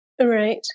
Right